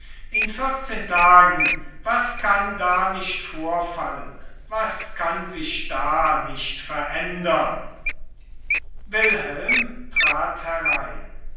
in vierzehn tagen was kann da nicht vorfallen was kann sich da nicht ändern wilhelm trat herein